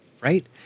Right